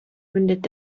mündet